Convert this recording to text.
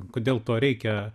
kodėl to reikia